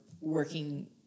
working